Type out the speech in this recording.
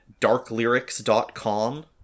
darklyrics.com